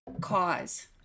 cause